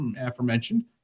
aforementioned